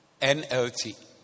NLT